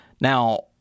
Now